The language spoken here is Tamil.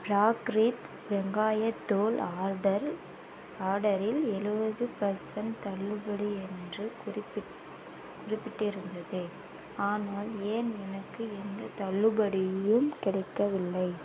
ப்ராக்ரித் வெங்காயத் தூள் ஆடர் ஆர்டரில் எழுவது பெர்சண்ட் தள்ளுபடி என்று குறிப்பிட் குறிப்பிட்டு இருந்தது ஆனால் ஏன் எனக்கு எந்தத் தள்ளுபடியும் கிடைக்கவில்லை